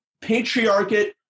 Patriarchate